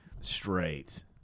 straight